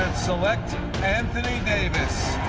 select anthony davis